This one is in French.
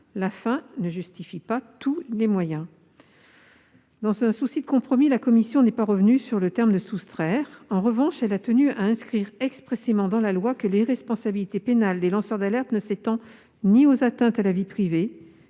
la fin ne justifie pas tous les moyens. Dans un esprit de compromis, la commission n'est pas revenue sur le terme « soustraire ». En revanche, elle a tenu à inscrire expressément dans le présent texte que l'irresponsabilité pénale des lanceurs d'alerte ne s'étend ni aux atteintes à la vie privée